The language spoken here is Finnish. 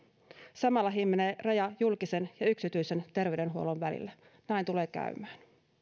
samalla himmenee raja julkisen ja yksityisen terveydenhuollon välillä näin tulee käymään